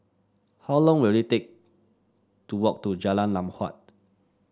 how long will it take to walk to Jalan Lam Huat